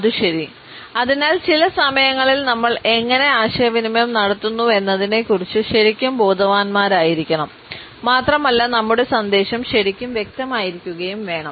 അതു ശരി അതിനാൽ ചില സമയങ്ങളിൽ നമ്മൾ എങ്ങനെ ആശയവിനിമയം നടത്തുന്നുവെന്നതിനെക്കുറിച്ച് ശരിക്കും ബോധവാന്മാരായിരിക്കണം മാത്രമല്ല നമ്മുടെ സന്ദേശം ശരിക്കും വ്യക്തമായിരിക്കുകയും വേണം